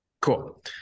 Cool